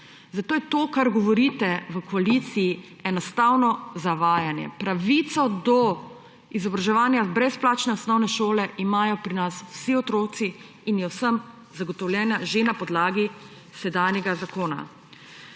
Zato je to, kar govorite v koaliciji, enostavno zavajanje. Pravico do izobraževanja brezplačne osnovne šole imajo pri nas vsi otroci in je vsem zagotovljena že na podlagi sedanjega zakona.